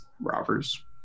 robbers